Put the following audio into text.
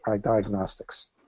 diagnostics